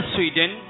Sweden